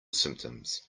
symptoms